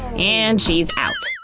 and she's out.